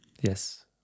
Yes